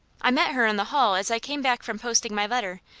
i met her in the hall as i came back from posting my letter,